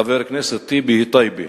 חבר הכנסת טיבי, טייבה.